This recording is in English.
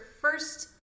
first